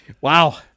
wow